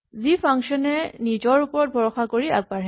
যি ফাংচন এ নিজৰ ওপৰত ভৰসা কৰি আগবাঢ়ে